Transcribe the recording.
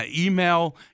Email